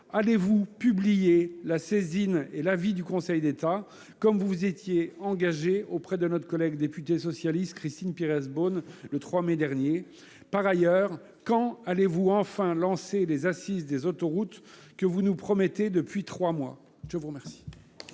allez-vous publier la saisine et l'avis du Conseil d'État, comme vous vous y étiez engagé auprès de notre collègue députée socialiste Christine Pires Beaune, le 3 mai dernier ? Par ailleurs, quand allez-vous enfin lancer les Assises des autoroutes que vous nous promettez depuis trois mois ? La parole